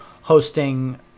hosting